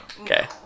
Okay